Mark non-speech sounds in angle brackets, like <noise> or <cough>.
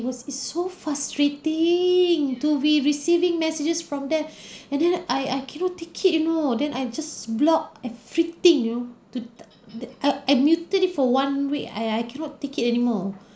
!aiyo! it's so frustrating to be receiving messages from them <breath> and then I I cannot take it you know then I just block everything you know to the the I I muted it for one week I I cannot take it anymore